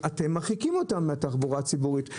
אבל אתם מרחיקים אותם מהתחבורה הציבורית.